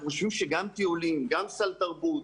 אנחנו חושבים שגם טיולים, גם סל תרבות,